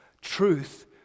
truth